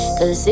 Cause